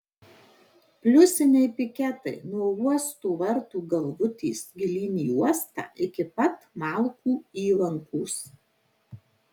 pliusiniai piketai nuo uosto vartų galvutės gilyn į uostą iki pat malkų įlankos